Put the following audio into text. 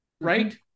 right